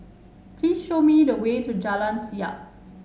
please show me the way to Jalan Siap